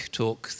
talk